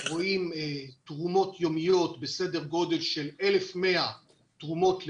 אנחנו רואים תרומות יומיות בסדר גודל של 1,100 תרומות ליום.